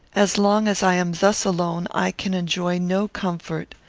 as long as i am thus alone, i can enjoy no comfort.